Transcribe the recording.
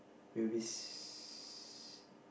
we'll be s~